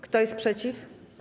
Kto jest przeciw?